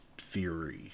theory